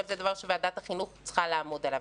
אבל זה דבר שוועדת החינוך צריכה לעמוד עליו.